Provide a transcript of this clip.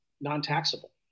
non-taxable